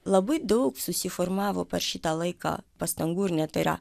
labai daug susiformavo per šitą laiką pastangų ir net yra